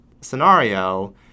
scenario